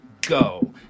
go